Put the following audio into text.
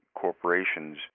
Corporations